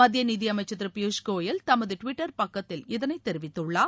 மத்திய நிதியமைச்சர் திரு பியூஷ் கோயல் தமது டுவிட்டர் பக்கத்தில் இதனை தெரிவித்துள்ளார்